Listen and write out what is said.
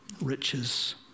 riches